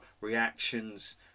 reactions